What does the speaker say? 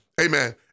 amen